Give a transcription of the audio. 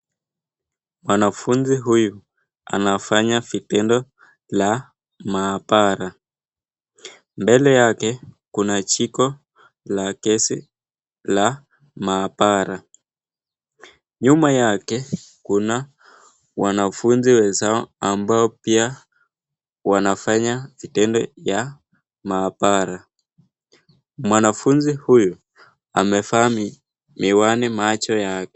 Mwanafunzi huyu anafanya vitendo la mahabara. Mbele yake kuna jiko la gesi la mahabara, nyuma yake kuna wanafunzi wenzao ambao pia wanafanya vitendo ya mahabara. Mwanafunzi huyu amevaa miwani macho yake.